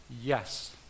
Yes